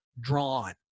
drawn